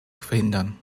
verhindern